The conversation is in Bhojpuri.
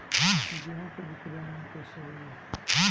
गेहूं के बिक्री आनलाइन कइसे होई?